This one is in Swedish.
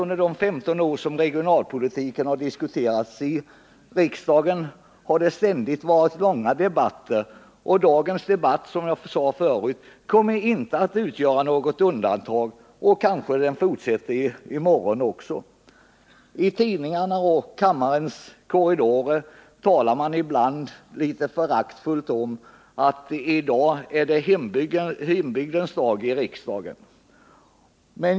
Under de 15 år som regionalpolitiken har diskuterats i riksdagen har det alltid varit långa debatter. Dagens debatt kommer, som jag förut sade, inte att utgöra något undantag, och kanske den fortsätter i morgon också. I tidningarna och i riksdagens korridorer talar man ibland litet föraktfullt om att det i dag är Hembygdens dag i riksdagen.